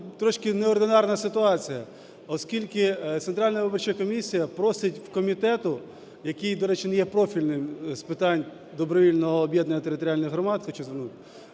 трошки неординарна ситуація. Оскільки Центральна виборча комісія просить в комітету, який, до речі, не є профільним з питань добровільного об'єднання територіальних громад, хочу звернути,